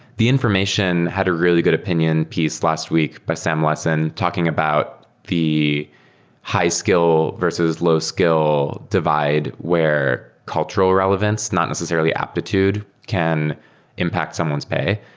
the information had a really good opinion piece last week by sam lessin talking about the high skill versus low skill divide where cultural relevance, not necessarily aptitude, can impact someone's pay.